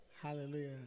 Hallelujah